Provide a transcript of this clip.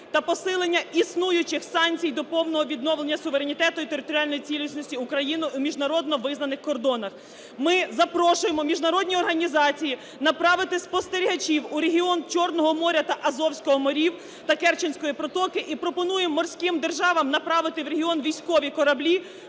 та посилення існуючих санкцій, до повного відновлення суверенітету і територіальної цілісності України в міжнародно визнаних кордонах. Ми запрошуємо міжнародні організації направити спостерігачів у регіон Чорного моря та Азовського моря та Керченської протоки. І пропонуємо морським державам направити в регіон військові кораблі,